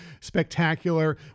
spectacular